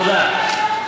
תודה.